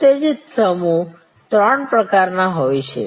ઉત્તેજિત સમૂહ ત્રણ પ્રકારના હોય છે